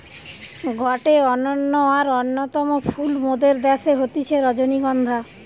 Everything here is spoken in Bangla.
গটে অনন্য আর অন্যতম ফুল মোদের দ্যাশে হতিছে রজনীগন্ধা